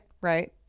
Right